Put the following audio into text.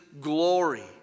glory